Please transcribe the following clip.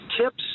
Tips